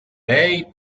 lei